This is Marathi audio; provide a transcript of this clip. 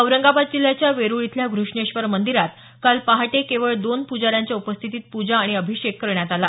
औरंगाबाद जिल्ह्याच्या वेरुळ इथल्या घ्रष्णेश्वर मंदिरात काल पहाटे केवळ दोन प्जाऱ्यांच्या उपस्थितीत पूजा आणि अभिषेक करण्यात आला